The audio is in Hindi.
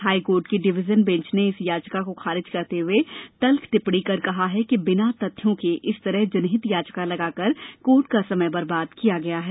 हाईकोर्ट की डिवीजन बेंच ने इस याचिका को खारिज करते हुए तल्ख ं टिप्पणी कर कहा कि बिना तथ्यों के इस तरह जनहित याचिका लगाकर कोर्ट का समय बर्बाद किया गया है